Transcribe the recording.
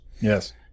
Yes